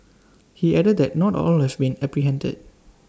he added that not all have been apprehended